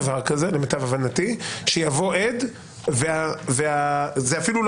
למיטב הבנתי אין דבר הזה שיבוא עד - זה אפילו לא